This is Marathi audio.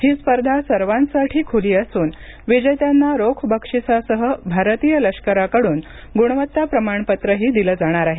ही स्पर्धा सर्वांसाठी ख्ली असून विजेत्यांना रोख बक्षिसासह भारतीय लष्कराकडून गुणवत्ता प्रमाणपत्रही दिलं जाणार नाही